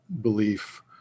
belief